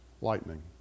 lightning